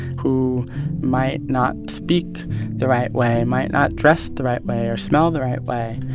who might not speak the right way, might not dress the right way or smell the right way.